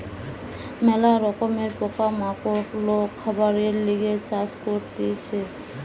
ম্যালা রকমের পোকা মাকড় লোক খাবারের লিগে চাষ করতিছে